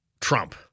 Trump